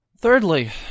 Thirdly